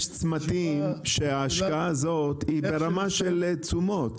צמתים שההשקעה הזאת היא ברמה של תשומות.